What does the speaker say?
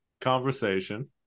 conversation